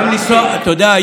אתה יודע,